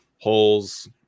holes